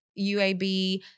UAB